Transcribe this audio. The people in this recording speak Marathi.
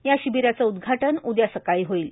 या शिबीराचे उद्घाटन उद्या सकाळी होईल